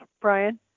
Brian